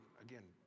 again